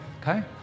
Okay